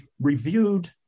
reviewed